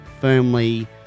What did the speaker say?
firmly